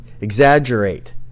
Exaggerate